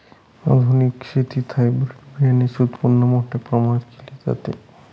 आधुनिक शेतीत हायब्रिड बियाणाचे उत्पादन मोठ्या प्रमाणात केले जाते